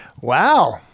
Wow